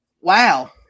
wow